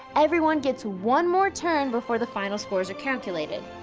everyone gets one more turn before the final scores are calculated.